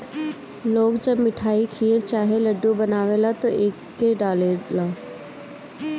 लोग जब मिठाई, खीर चाहे लड्डू बनावेला त एके डालेला